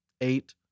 eight